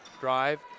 drive